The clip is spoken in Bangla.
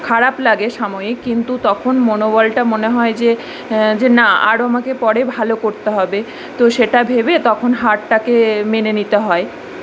খারাপ লাগে সাময়িক কিন্তু তখন মনোবলটা মনে হয় যে যে না আরো আমাকে পরে ভালো করতে হবে তো সেটা ভেবে তখন হারটাকে মেনে নিতে হয়